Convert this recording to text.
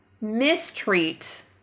mistreat